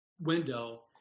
window